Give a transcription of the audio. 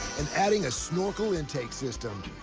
and adding a snorkel intake system.